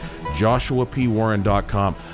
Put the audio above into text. joshuapwarren.com